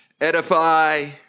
edify